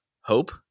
Hope